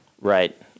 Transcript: Right